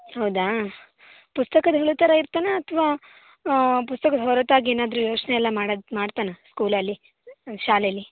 ಹೌದಾ ಪುಸ್ತಕದ ಹುಳು ಥರ ಇರ್ತಾನಾ ಅಥವಾ ಪುಸ್ತಕದ ಹೊರತಾಗಿ ಏನಾದರೂ ಯೋಚನೆ ಎಲ್ಲ ಮಾಡೋದು ಮಾಡ್ತಾನಾ ಸ್ಕೂಲಲ್ಲಿ ಶಾಲೆಯಲ್ಲಿ